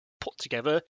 put-together